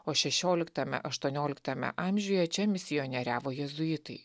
o šešioliktame aštuonioliktame amžiuje čia misijonieriavo jėzuitai